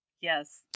Yes